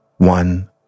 One